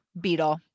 Beetle